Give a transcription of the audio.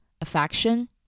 affection